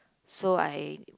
so I